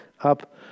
up